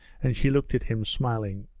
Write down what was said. and she looked at him smiling.